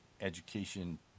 education